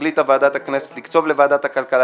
החליטה ועדת הכנסת לקצוב לוועדת הכלכלה